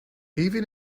even